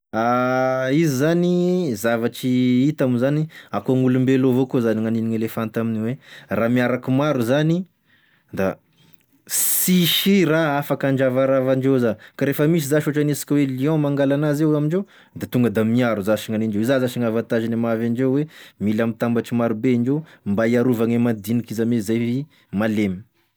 Izy zany zavatry hita moa zany akogn'olombelo evao koa zany gnanine gn'elefanta aminio raha miaraky maro zany da sisy raha afaky andravarava andreo za, ka refa misy za ohatry anisika hoe lion mangala anazy eo amindreo da tonga da miaro zash gnanindreo iza zash gnavantazy mahavy andreo mila mitambatry maro be indreo mba iarovagny e madiniky izy ame zay malemy.